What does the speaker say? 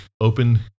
open